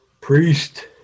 Priest